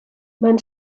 man